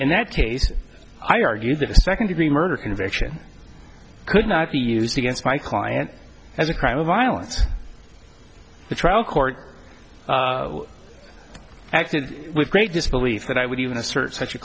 in that case i argue that a second degree murder conviction could not be used against my client as a crime of violence the trial court acted with great disbelief that i would even assert such a